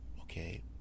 Okay